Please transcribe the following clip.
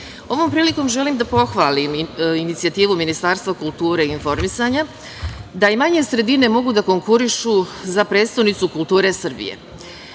prilikom želim da pohvalim i inicijativu Ministarstva kulture i informisanja da i manje sredine mogu da konkurišu za prestonicu kulture Srbije.